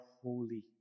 holy